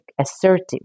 assertive